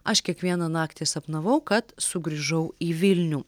aš kiekvieną naktį sapnavau kad sugrįžau į vilnių